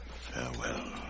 Farewell